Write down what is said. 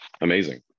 Amazing